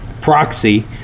proxy